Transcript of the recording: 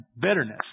bitterness